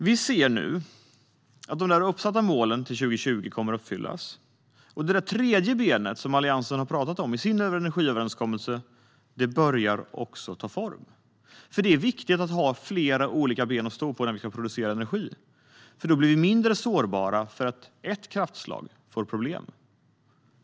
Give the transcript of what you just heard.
Vi ser nu att de uppsatta målen till 2020 kommer att uppfyllas. Det tredje benet, som Alliansen har pratat om i sin energiöverenskommelse, börjar ta form. Det är viktigt att ha flera olika ben att stå på när vi ska producera energi. Vi blir mindre sårbara när ett kraftslag får problem.